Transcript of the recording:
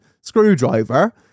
screwdriver